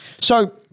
So-